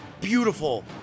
beautiful